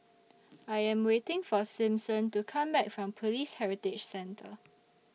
I Am waiting For Simpson to Come Back from Police Heritage Centre